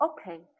okay